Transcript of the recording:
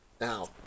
Now